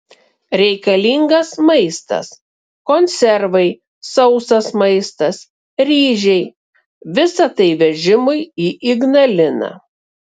reikalingas maistas konservai sausas maistas ryžiai visa tai vežimui į ignaliną